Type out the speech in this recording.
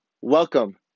Welcome